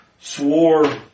swore